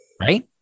Right